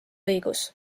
õigus